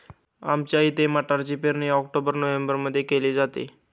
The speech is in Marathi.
आमच्या इथे मटारची पेरणी ऑक्टोबर नोव्हेंबरमध्ये केली जाते